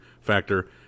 factor